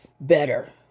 better